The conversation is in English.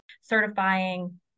certifying